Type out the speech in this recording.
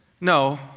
No